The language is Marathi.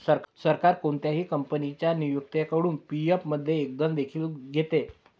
सरकार कोणत्याही कंपनीच्या नियोक्त्याकडून पी.एफ मध्ये योगदान देखील घेते